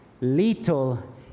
Little